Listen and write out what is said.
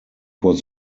was